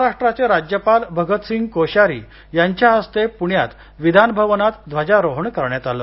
महाराष्ट्राचे राज्यपाल भगतसिंग कोश्यारी यांच्या हस्ते पुण्यात विधानभवनात ध्वजारोहण करण्यात आले